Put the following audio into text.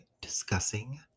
discussing